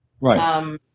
Right